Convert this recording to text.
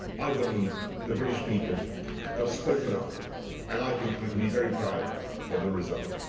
i believe the british people have spoken up. and i think we can be very proud of the result.